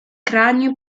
cranio